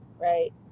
right